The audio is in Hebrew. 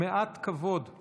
מעט כבוד.